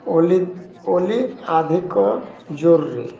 ଓଲି ଓଲି ଅଧିକ ଜୋର୍ରେ